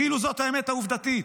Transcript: כאילו זאת האמת העובדתית,